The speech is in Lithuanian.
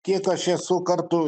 kiek aš esu kartų